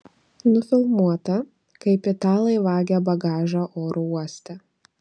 nufilmuota kaip italai vagia bagažą oro uoste